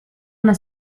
una